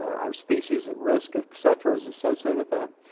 are species at risk, et cetera, as associated with that?